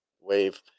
wave